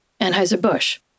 Anheuser-Busch